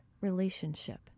relationship